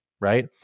right